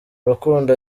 rukundo